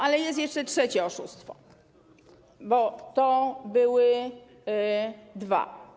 Ale jest jeszcze trzecie oszustwo, bo to były dwa.